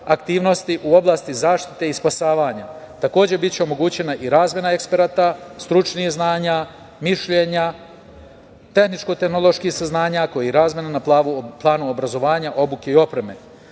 aktivnosti u oblasti zaštite i spasavanja. Takođe, biće u omogućena i razmena eksperata, stručnih znanja, mišljenja, tehničko-tehnoloških saznanja koji je razmena na planu obrazovanja, obuke i opreme.